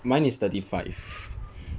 mine is thirty five